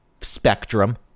Spectrum